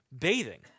bathing